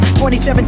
2017